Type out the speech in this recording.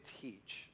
teach